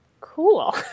Cool